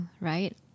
right